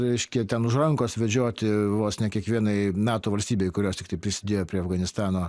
reiškia ten už rankos vedžioti vos ne kiekvienai nato valstybei kurios tiktai prisidėjo prie afganistano